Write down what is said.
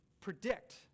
predict